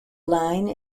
line